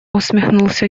усмехнулся